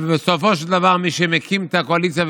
אבל בסופו של דבר מי שמקים את הקואליציה,